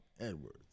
Edwards